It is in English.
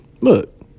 look